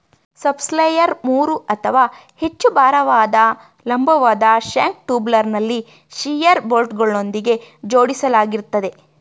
subsoiler ಮೂರು ಅಥವಾ ಹೆಚ್ಚು ಭಾರವಾದ ಲಂಬವಾದ ಶ್ಯಾಂಕ್ ಟೂಲ್ಬಾರಲ್ಲಿ ಶಿಯರ್ ಬೋಲ್ಟ್ಗಳೊಂದಿಗೆ ಜೋಡಿಸಲಾಗಿರ್ತದೆ